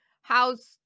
how's